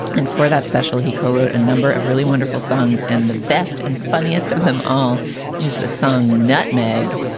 and for that special, he co-wrote a number of really wonderful songs. and the best and funniest of them all is the song nutmeg,